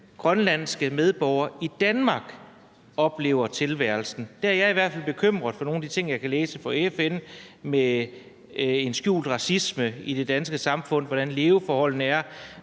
grønlandske medborgere i Danmark oplever tilværelsen. Der bekymrer det i hvert fald mig, når jeg læser nogle af de ting, der kommer fra FN, om en skjult racisme i det danske samfund, om, hvordan leveforholdene er,